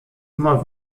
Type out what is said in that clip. immer